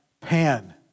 Pan